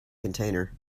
container